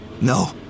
No